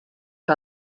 que